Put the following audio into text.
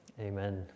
Amen